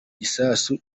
gisasu